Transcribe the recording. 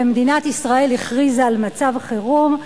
ומדינת ישראל הכריזה על מצב חירום.